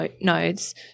nodes